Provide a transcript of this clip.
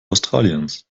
australiens